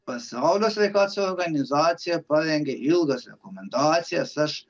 pasaulio sveikatos organizacija parengė ilgas rekomendacijas aš